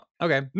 Okay